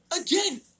Again